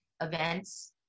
events